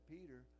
Peter